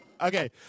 Okay